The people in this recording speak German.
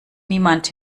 niemand